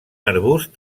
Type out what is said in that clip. arbust